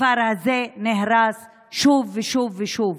הכפר הזה נהרס שוב ושוב ושוב.